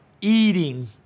Eating